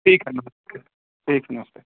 ठीक है नमस्ते ठीक है नमस्ते